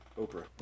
Oprah